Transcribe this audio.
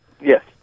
Yes